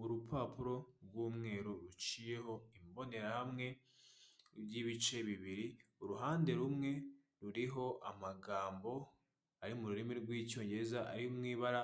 Aba mama babiri, uwa mbere yifashe ku itama, yiteye imyitero ni umwisiramu, n'agacupa k'amasi kari imbere ya ho wa kabiri nawe, yambaye amarinete n'ikote